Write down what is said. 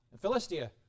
Philistia